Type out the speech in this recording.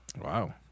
wow